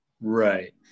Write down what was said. Right